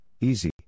easy